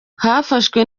hafashwe